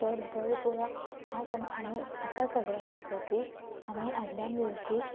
तर बैलपोळा हा सण आम्ही असा साजरा करतो की आम्ही आधल्या दिवशी